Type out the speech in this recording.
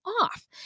off